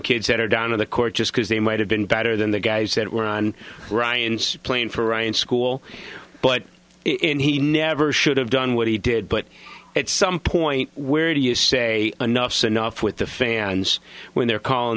kids that are down on the court just because they might have been better than the guys that were on ryan's playing for ryan school but he never should have done what he did but at some point where do you say enough's enough with the fans when